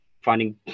finding